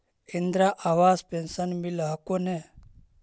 Indira Awas pension मिल हको ने?